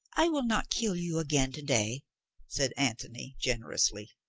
i will not kill you again to-day, said antony generously.